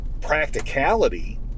practicality